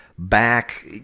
back